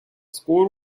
score